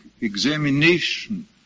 examination